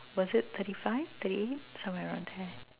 was it thirty five thirty eight somewhere around there